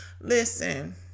Listen